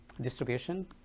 distribution